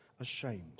ashamed